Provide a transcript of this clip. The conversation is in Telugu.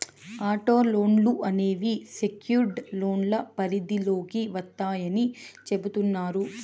ఆటో లోన్లు అనేవి సెక్యుర్డ్ లోన్ల పరిధిలోకి వత్తాయని చెబుతున్నారు